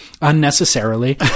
unnecessarily